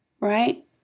right